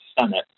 Senate